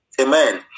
Amen